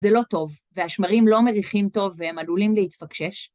זה לא טוב, והשמרים לא מריחים טוב והם עלולים להתפקשש.